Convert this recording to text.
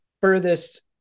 furthest